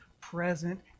present